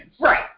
Right